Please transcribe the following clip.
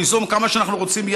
ליזום כמה ימים כאלה שאנחנו רוצים,